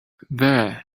there